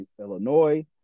Illinois